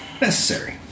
Necessary